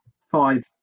five